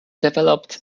developed